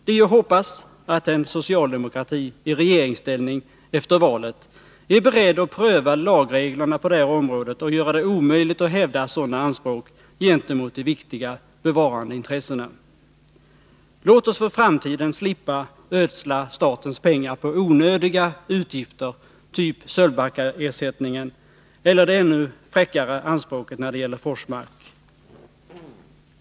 Det är att hoppas att en socialdemokrati i regeringsställning efter valet är beredd att pröva lagreglerna på det här området och göra det omöjligt att hävda sådana anspråk gentemot de viktiga bevarandeintressena. Låt oss för framtiden slippa ödsla statens pengar på onödiga utgifter typ Sölvbackaersättningen eller det ännu fräckare anspråket när det gäller Forsmark.